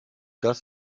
das